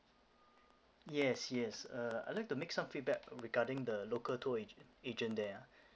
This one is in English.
yes yes uh I like to make some feedback regarding the local tour agent agent there ah